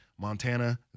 Montana